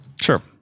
Sure